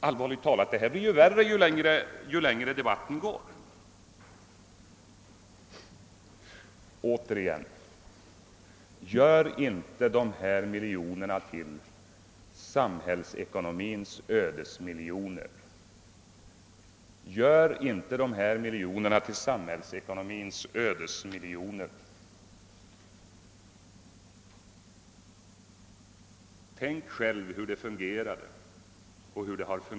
Allvarligt talat måste jag säga att det hela blir värre ju längre debatten pågår. Återigen: Gör inte dessa miljoner till samhällsekonomins ödesmiljoner! Tänk själv på hur alltsammans fungerar.